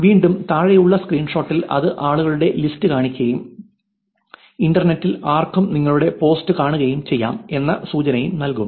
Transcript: വീണ്ടും താഴെയുള്ള സ്ക്രീൻഷോട്ടിൽ അത് ആളുകളുടെ ലിസ്റ്റ് കാണിക്കുകയും ഇന്റർനെറ്റിൽ ആർക്കും നിങ്ങളുടെ പോസ്റ്റ് കാണുകയും ചെയ്യാം എന്ന സൂചനയും നൽകും